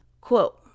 quote